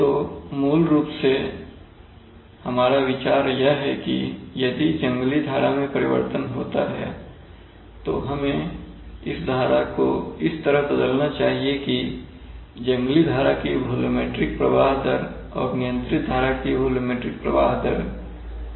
तो मूल रूप से हमारा विचार यह है कि यदि जंगली धारा में परिवर्तन होता है तो हमें इस धारा को इस तरह बदलना चाहिए कि जंगली धारा की वॉल्यूमेट्रिक प्रवाह दर और नियंत्रित धारा की वॉल्यूमेट्रिक प्रवाह दर का अनुपात स्थिर बना रहेठीक है